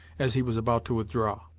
as he was about to withdraw.